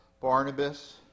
Barnabas